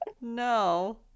No